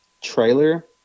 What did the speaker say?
trailer